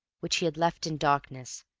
which he had left in darkness,